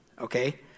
okay